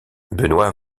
benoît